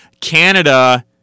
Canada